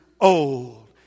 old